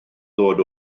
ddod